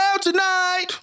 tonight